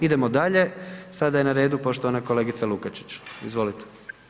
Idemo dalje, sada je na redu poštovana kolegica Lukačić, izvolite.